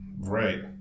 Right